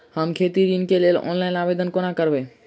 हम खेती ऋण केँ लेल ऑनलाइन आवेदन कोना करबै?